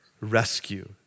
rescue